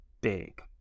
big